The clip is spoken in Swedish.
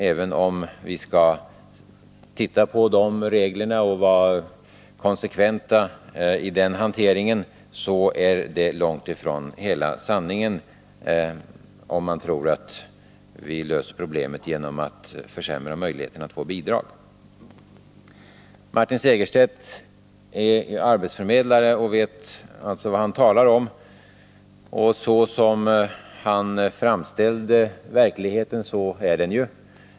Även om vi skall titta på dessa regler och vara konsekventa i den hanteringen är det långt ifrån hela sanningen att vi löser problemet genom att försämra möjligheterna att få bidrag. Martin Segerstedt är arbetsförmedlare och vet alltså vad han talar om. Så som han framställde verkligheten är den ju.